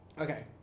Okay